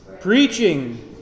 Preaching